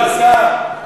השר סער,